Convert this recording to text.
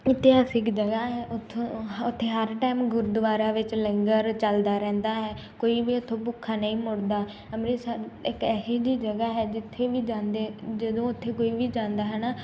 ਇਤਿਹਾਸਿਕ ਜਗ੍ਹਾ ਹੈ ਉੱਥੋ ਉੱਥੇ ਹਰ ਟਾਈਮ ਗੁਰਦੁਆਰਾ ਵਿੱਚ ਲੰਗਰ ਚੱਲਦਾ ਰਹਿੰਦਾ ਹੈ ਕੋਈ ਵੀ ਉੱਥੋਂ ਭੁੱਖਾ ਨਹੀਂ ਮੁੜਦਾ ਅੰਮ੍ਰਿਤਸਰ ਇੱਕ ਇਹੋ ਜਿਹੀ ਜਗ੍ਹਾ ਹੈ ਜਿੱਥੇ ਵੀ ਜਾਂਦੇ ਜਦੋਂ ਉੱਥੇ ਕੋਈ ਵੀ ਜਾਂਦਾ ਹੈ ਨਾ